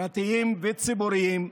פרטיים וציבוריים,